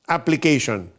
Application